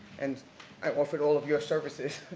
and i offered all of your services,